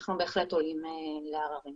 אנחנו בהחלט עולים לעררים.